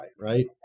right